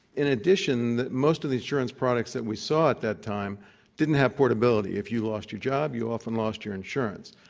in addition, most of the insurance products that we saw at that time didn't have portability. if you lost your job, you often lost your insurance.